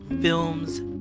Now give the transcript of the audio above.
films